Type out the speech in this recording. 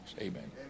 Amen